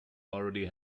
already